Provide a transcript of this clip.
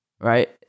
right